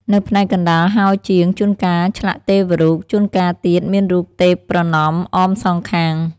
នៅផ្នែកកណ្តាលហោជាង ជួនកាលឆ្លាក់ទេវរូប ជួនកាលទៀតមានរូបទេពប្រណម្យអមសងខាង។